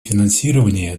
финансирования